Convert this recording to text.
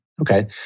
Okay